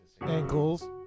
ankles